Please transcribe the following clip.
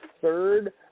third